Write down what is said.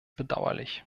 bedauerlich